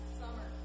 summer